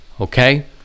okay